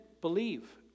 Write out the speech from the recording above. believe